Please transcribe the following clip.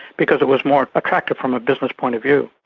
because it was more attractive from a business point of view.